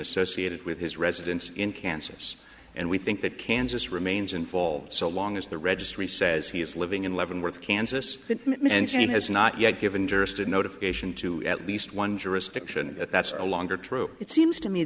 associated with his residence in kansas and we think that kansas remains involved so long as the registry says he is living in leavenworth kansas and saying has not yet given jurist a notification to at least one jurisdiction that's a longer true it seems to me